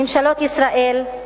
ממשלות ישראל,